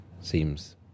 seems